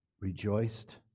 rejoiced